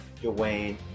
Dwayne